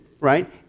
right